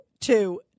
two